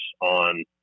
on